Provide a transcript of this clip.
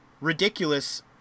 ridiculous